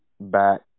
back